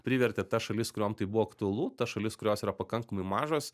privertė tas šalis kuriom tai buvo aktualu tas šalis kurios yra pakankamai mažos